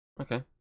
Okay